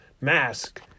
mask